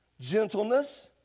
Gentleness